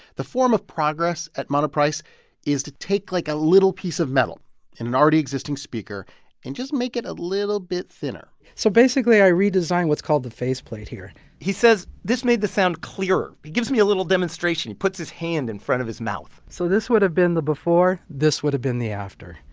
the form of progress at monoprice is to take, like, a little piece of metal in an already existing speaker and just make it a little bit thinner so basically, i redesign what's called the faceplate here he says this made the sound clearer. he gives me a little demonstration. he puts his hand in front of his mouth so this would have been the before. this would have been the after.